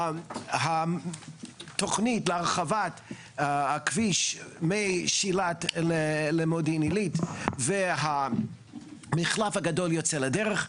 התכנית להרחבת הכביש משילת למודיעין עילית והמחלף הגדול יוצא לדרך.